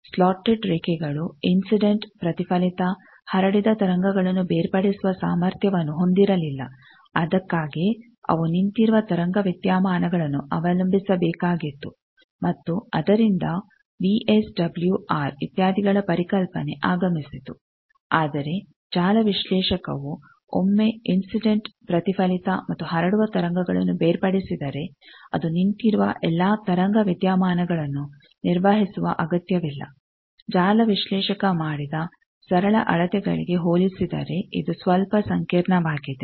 slotted ರೇಖೆಗಳು incident ಪ್ರತಿಫಲಿತ ಹರಡಿದ ತರಂಗಗಳನ್ನು ಬೇರ್ಪಡಿಸುವ ಸಾಮರ್ಥ್ಯವನ್ನು ಹೊಂದಿರಲಿಲ್ಲ ಅದಕ್ಕಾಗಿಯೇ ಅವು ನಿಂತಿರುವ ತರಂಗ ವಿದ್ಯಮಾನಗಳನ್ನು ಅವಲಂಬಿಸಬೇಕಾಗಿತ್ತು ಮತ್ತು ಅದರಿಂದ ವಿ ಎಸ್ ಡಬ್ಲೂ ಆರ್ ಇತ್ಯಾದಿಗಳ ಪರಿಕಲ್ಪನೆ ಆಗಮಿಸಿತು ಆದರೆ ಜಾಲ ವಿಶ್ಲೇಷಕವು ಒಮ್ಮೆ ಇನ್ಸಿಡೆಂಟ್ ಪ್ರತಿಫಲಿತ ಮತ್ತು ಹರಡುವ ತರಂಗಗಳನ್ನು ಬೇರ್ಪಡಿಸಿದರೆ ಅದು ನಿಂತಿರುವ ಎಲ್ಲಾ ತರಂಗ ವಿದ್ಯಮಾನಗಳನ್ನು ನಿರ್ವಹಿಸುವ ಅಗತ್ಯವಿಲ್ಲ ಜಾಲ ವಿಶ್ಲೇಷಕ ಮಾಡಿದ ಸರಳ ಅಳತೆಗಳಿಗೆ ಹೋಲಿಸಿದರೆ ಇದು ಸ್ವಲ್ಪ ಸಂಕೀರ್ಣವಾಗಿದೆ